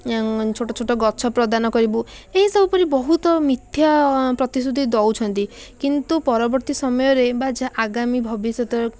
ଛୋଟଛୋଟ ଗଛ ପ୍ରଦାନ କରିବୁ ଏହି ସବୁପରି ବହୁତ ମିଥ୍ୟା ପ୍ରତିଶୃତି ଦେଉଛନ୍ତି କିନ୍ତୁ ପରବର୍ତ୍ତୀ ସମୟରେ ବା ଯାହା ଆଗାମୀ ଭବିଷ୍ୟତ